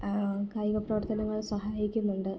കായിക പ്രവർത്തനങ്ങൾ സഹായിക്കുന്നുണ്ട്